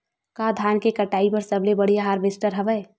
का धान के कटाई बर सबले बढ़िया हारवेस्टर हवय?